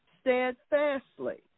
Steadfastly